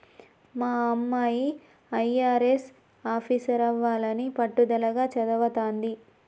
మా అమ్మాయి అయ్యారెస్ ఆఫీసరవ్వాలని పట్టుదలగా చదవతాంది